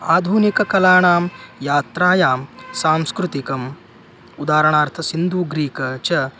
आधुनिककलाणां यात्रायां सांस्कृतिकम् उदारणार्थ सिन्धू ग्रीक् च